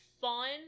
fun